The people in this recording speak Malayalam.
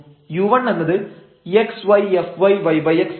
u1 എന്നത് xyfyyx ആണ്